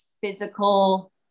physical